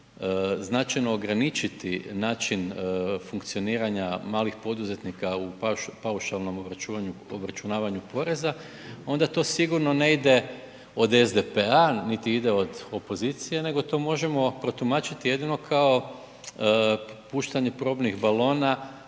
značajno ograničiti način funkcioniranja malih poduzetnika u paušalnom obračunavanju poreza onda to sigurno ne ide od SDP-a, niti ide od opozicije, nego to možemo protumačiti jedino kao puštanje probnih balona